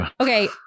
Okay